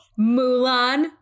Mulan